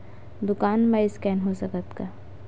दुकान मा स्कैन हो सकत हे का?